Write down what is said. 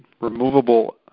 removable